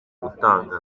gutanga